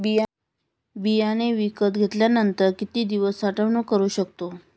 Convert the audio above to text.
बियाणे विकत घेतल्यानंतर किती दिवस साठवणूक करू शकतो?